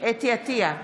חוה אתי עטייה,